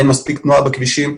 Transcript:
אין מספיק תנועה בכבישים,